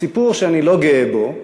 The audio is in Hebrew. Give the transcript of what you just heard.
סיפור שאני לא גאה בו.